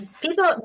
People